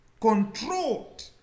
controlled